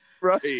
right